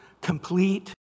complete